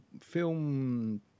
Film